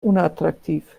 unattraktiv